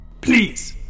please